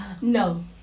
no